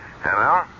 Hello